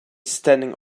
standing